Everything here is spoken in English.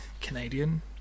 Canadian